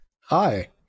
Hi